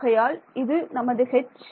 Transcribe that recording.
ஆகையால் இது நமது H